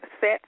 set